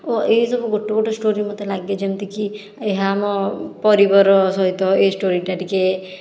ଓ ଏହିସବୁ ଗୋଟିଏ ଗୋଟିଏ ଷ୍ଟୋରି ମୋତେ ଲାଗେ ଯେମତିକି ଏହା ଆମ ପରିବାର ସହିତ ଏହି ଷ୍ଟୋରି ଟା ଟିକିଏ